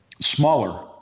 Smaller